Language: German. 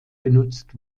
genutzt